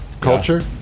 culture